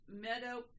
Meadow